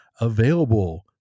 available